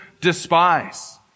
despise